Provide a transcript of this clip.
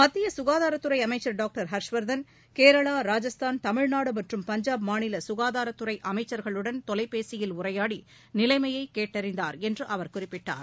மத்தியசுகாதாரத்துறைஅமைச்சர் doctor Harshvardhan Kerala Rajasthan தமிழ்நாடுமற்றும் பஞ்சாப் மாநிலசுகாதாரத் துறை அமைச்சர்களுடன் தொலைபேசியில் உரையாடிநிலைமையைகேட்டறிந்தார் என்றுஅவர் குறிப்பிட்டார்